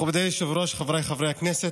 מכובדי היושב-ראש, חבריי חברי הכנסת,